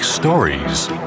Stories